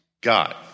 God